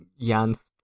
Jan's